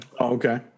Okay